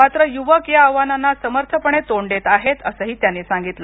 मात्र युवक या आव्हानांना समर्थपणे तोंड देत आहेत असं त्यांनी सांगितलं